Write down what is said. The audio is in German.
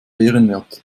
ehrenwert